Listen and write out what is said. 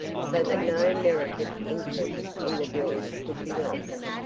so that no merited interest in the doing could be lost.